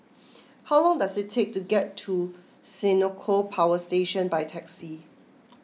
how long does it take to get to Senoko Power Station by taxi